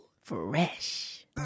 Fresh